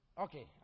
Okay